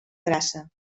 grassa